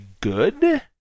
good